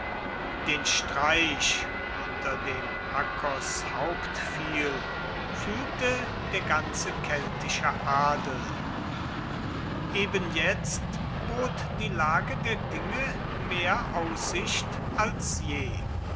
den streich unter dem accos haupt fiel fühlte der ganze keltische adel eben jetzt bot die lage der dinge mehr aussicht als je